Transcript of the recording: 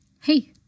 Hey